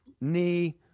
knee